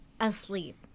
asleep